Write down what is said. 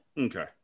Okay